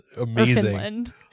amazing